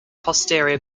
posterior